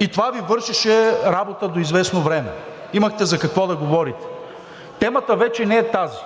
и това Ви вършеше работа до известно време, имахте за какво да говорите. Темата вече не е тази.